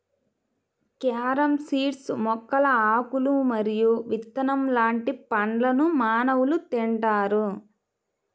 carom seeds మొక్కల ఆకులు మరియు విత్తనం లాంటి పండ్లను మానవులు తింటారు